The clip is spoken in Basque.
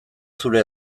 zure